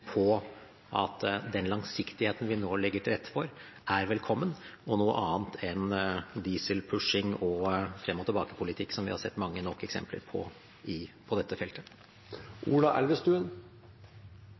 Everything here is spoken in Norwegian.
på at den langsiktigheten vi nå legger til rette for, er velkommen og noe annet enn dieselpushing og frem-og-tilbake-politikk, som vi har sett mange nok eksempler på på dette feltet.